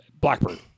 Blackbird